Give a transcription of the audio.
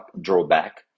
drawback